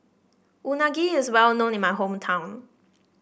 unagi is well known in my hometown